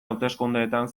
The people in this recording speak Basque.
hauteskundeetan